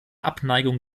abneigung